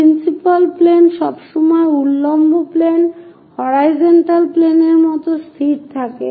principal plane সবসময় উল্লম্ব plane horizontal প্লেনের মত স্থির থাকে